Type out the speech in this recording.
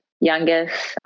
youngest